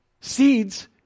seeds